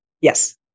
Yes